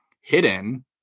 hidden